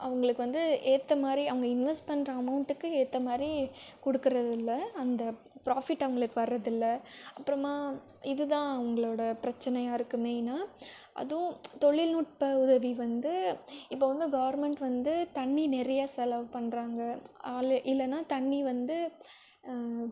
அவங்களுக்கு வந்து ஏற்ற மாதிரி அவங்க இன்வெஸ்ட் பண்ணுற அமௌண்ட்டுக்கு ஏற்ற மாதிரி கொடுக்கிறதில்ல அந்த ஃபிராபிட் அவங்களுக்கு வர்றதில்ல அப்பறமா இதுதான் அவங்களோட பிரச்சினையா இருக்கும் மெயினா அதுவும் தொழில்நுட்ப உதவி வந்து இப்போ வந்து கவர்மெண்ட் வந்து தண்ணீ நிறைய செலவு பண்ணுறாங்க ஆளே இல்லைனா தண்ணீ வந்து